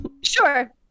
Sure